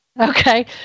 Okay